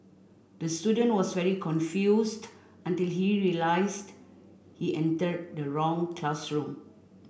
the student was very confused until he realised he entered the wrong classroom